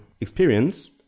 experience